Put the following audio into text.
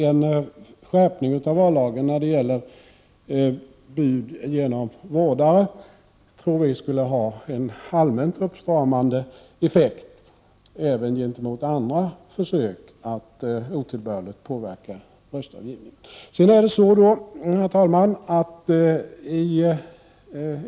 En skärpning av vallagen när det gäller bud genom vårdare tror vi skulle ha en rent allmänt uppstramande effekt även gentemot andra försök att otillbörligt påverka röstavgivningen. Herr talman!